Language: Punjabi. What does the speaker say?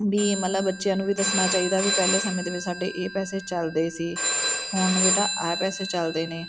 ਵੀ ਮਤਲਬ ਬੱਚਿਆਂ ਨੂੰ ਵੀ ਦੱਸਣਾ ਚਾਹੀਦਾ ਵੀ ਪਹਿਲੇ ਸਮੇਂ ਦੇ ਵਿੱਚ ਸਾਡੇ ਇਹ ਪੈਸੇ ਚੱਲਦੇ ਸੀ ਹੁਣ ਬੇਟਾ ਆਹ ਪੈਸੇ ਚੱਲਦੇ ਨੇ